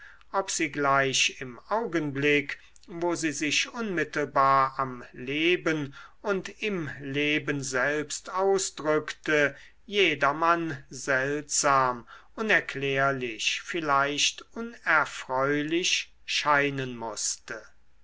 ob sie gleich im augenblick wo sie sich unmittelbar am leben und im leben selbst ausdrückte jedermann seltsam unerklärlich vielleicht unerfreulich scheinen mußte